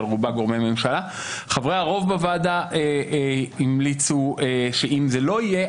רובה גורמי ממשלה - המליצו שאם זה לא יהיה,